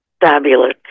fabulous